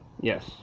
yes